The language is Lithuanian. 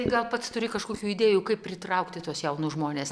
tai gal pats turi kažkokių idėjų kaip pritraukti tuos jaunus žmones